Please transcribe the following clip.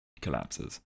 collapses